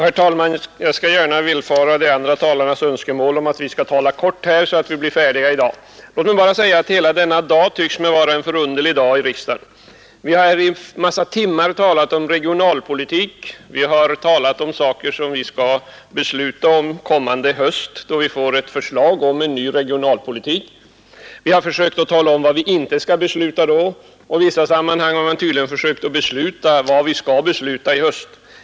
Herr talman! Jag skall gärna villfara de övriga talarnas önskemål att vi skall fatta oss kort, så att vi blir färdiga med ärendena i dag. Låt mig bara säga att hela denna dag tycks mig ha varit en förunderlig dag i riksdagen. Vi har här i många timmar talat om regionalpolitik. Vi har talat om saker som vi skall besluta om i höst då vi får förslag om en ny regionalpolitik. Vi har försökt tala om vad vi inte skall besluta då, och i vissa sammanhang har man tydligen försökt besluta vad vi skall besluta om i höst.